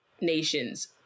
nations